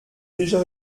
déjà